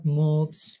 moves